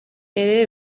ere